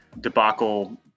debacle